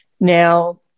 now